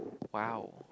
!wow!